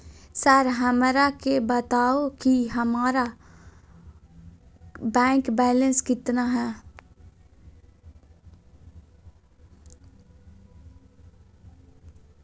Sir हमरा के बताओ कि हमारे बैंक बैलेंस कितना है?